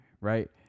right